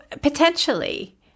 potentially